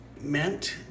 meant